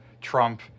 Trump